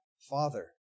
Father